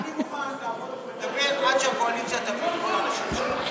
אני מוכן לעמוד פה ולדבר עד שהקואליציה תביא את כל האנשים שלה.